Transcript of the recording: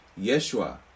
Yeshua